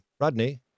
Rodney